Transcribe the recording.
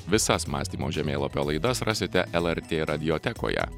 visas mąstymo žemėlapio laidas rasite lrt radiotekoje